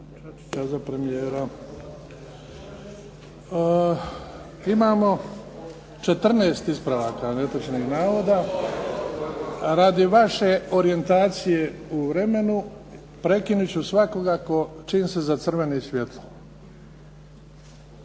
Imamo 14 ispravaka netočnih navoda. Radi vaše orijentacije u vremenu, prekinut ću svakoga čim se zacrveni svjetlo.